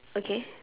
okay